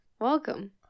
Welcome